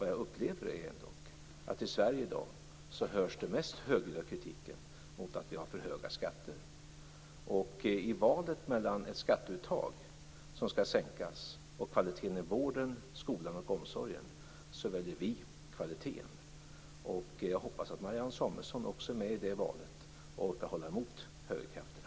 Vad jag upplever är ändå att i Sverige i dag riktas den mest högljudda kritiken mot att vi har för höga skatter. I valet mellan ett skatteuttag som skall sänkas och kvaliteten i vården, skolan och omsorgen väljer vi kvaliteten. Jag hoppas att Marianne Samuelsson också är med i det valet och orkar hålla emot högerkrafterna.